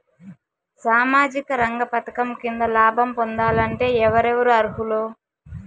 సామాజిక రంగ పథకం కింద లాభం పొందాలంటే ఎవరెవరు అర్హులు?